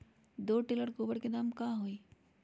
दो टेलर गोबर के दाम का होई?